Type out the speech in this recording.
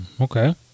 Okay